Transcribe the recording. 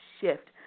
shift